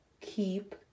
keep